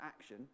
action